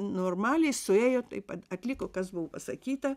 normaliai suėjo taip pat atliko kas buvo pasakyta